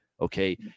Okay